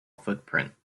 footprint